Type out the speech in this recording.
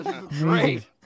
Great